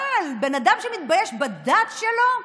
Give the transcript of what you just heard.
אבל בן אדם שמתבייש בדת שלו,